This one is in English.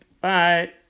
Bye